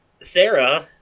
Sarah